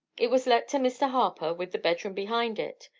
it was let to mr. harper, with the bedroom behind it.